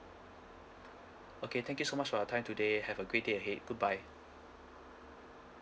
okay thank you so much for your time today have a great day ahead goodbye